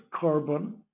carbon